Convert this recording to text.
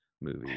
movie